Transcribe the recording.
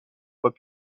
fois